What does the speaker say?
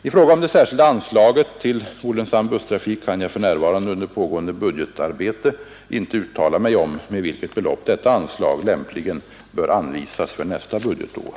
I fråga om det särskilda anslaget till olönsam busstrafik kan jag för närvarande — under pågående budgetarbete — inte uttala mig om med vilket belopp detta anslag lämpligen bör anvisas för nästa budgetår.